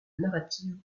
narrative